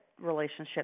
relationship